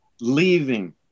leaving